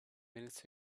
minutes